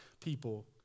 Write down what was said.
people